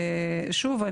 ושוב,